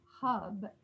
Hub